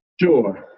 Sure